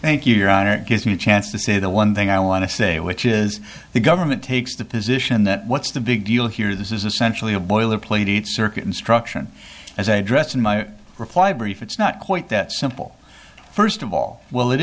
thank you your honor it gives me a chance to say the one thing i want to say which is the government takes the position that what's the big deal here this is essentially a boiler plate circuit instruction as a dress and my reply brief it's not quite that simple first of all well it